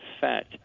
fat